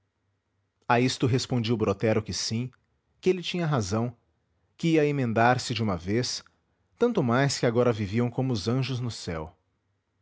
a isto respondia o brotero que sim que ele tinha razão que ia emendar se de uma vez tanto mais que agora viviam como os anjos no céu